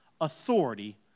authority